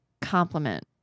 compliment